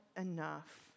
enough